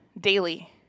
daily